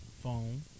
phone